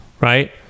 right